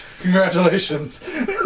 Congratulations